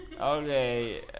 Okay